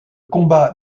combat